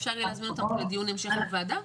אפשר יהיה להזמין אותם לדיון המשך בוועדה,